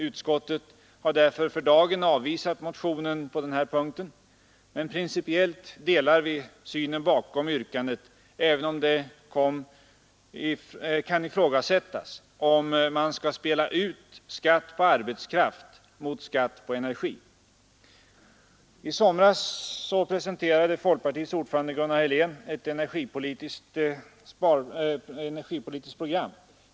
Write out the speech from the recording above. Utskottet har därför för dagen avvisat motionen på denna punkt. Men principiellt delar vi den syn som kommer till uttryck i motionsyrkandet. Det kan dock ifrågasättas om man, som sker i motionen, skall spela ut skatt på arbetskraft mot skatt på energi. I somras presenterade folkpartiets ordförande Gunnar Helén ett energipolitiskt program.